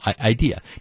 idea